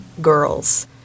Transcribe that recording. girls